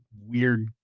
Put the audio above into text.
weird